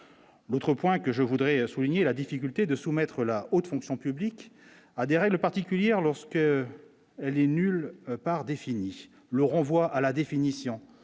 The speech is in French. l'autre point que je voudrais souligner la difficulté de soumettre la haute fonction publique à des règles particulières lorsque les nulle part défini le renvoie à la définition